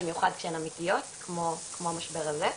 במיוחד כשהן אמיתיות, כמו המשבר הזה.